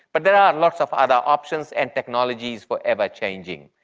but there are lots of other options and technologies forever changing.